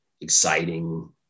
exciting